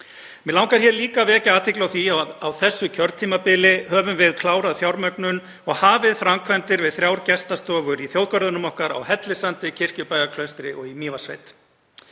Mig langar líka að vekja athygli á því að á þessu kjörtímabili höfum við klárað fjármögnun og hafið framkvæmdir við þrjár gestastofur í þjóðgörðunum okkar á Hellissandi, Kirkjubæjarklaustri og í Mývatnssveit.